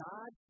God